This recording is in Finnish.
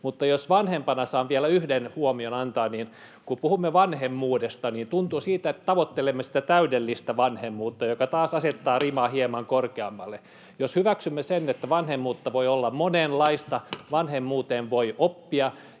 Mutta jos vanhempana saan vielä yhden huomion antaa, niin kun puhumme vanhemmuudesta, niin tuntuu siltä, että tavoittelemme sitä täydellistä vanhemmuutta, mikä taas asettaa rimaa hieman korkeammalle. Jos hyväksymme sen, että vanhemmuutta voi olla monenlaista ja vanhemmuuteen voi oppia,